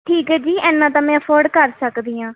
ਠੀਕ ਹੈ ਜੀ ਇੰਨਾ ਤਾਂ ਮੈਂ ਅਫੋਰਡ ਕਰ ਸਕਦੀ ਹਾਂ